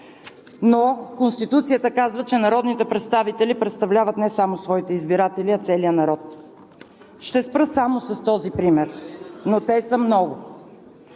Но Конституцията казва, че народните представители представляват не само своите избиратели, а целия народ. Ще спра само с този пример, но те са много.